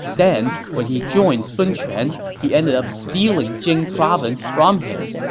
then, when he joined sun quan, he ended up stealing jing province from him.